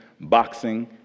boxing